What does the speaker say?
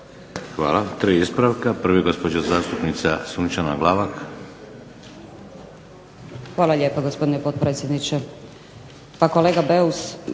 Hvala. Tri ispravka. Prvi gospođa zastupnica Sunčana Glavak. **Glavak, Sunčana (HDZ)** Hvala lijepa gospodine potpredsjedniče. Pa kolega Beus